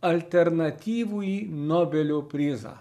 alternatyvųjį nobelio prizą